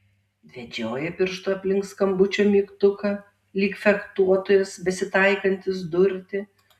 vedžioja pirštu aplink skambučio mygtuką lyg fechtuotojas besitaikantis durti